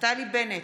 נפתלי בנט,